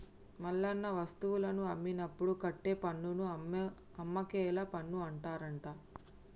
మల్లన్న వస్తువులను అమ్మినప్పుడు కట్టే పన్నును అమ్మకేల పన్ను అంటారట